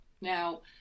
now